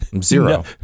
Zero